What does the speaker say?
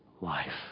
life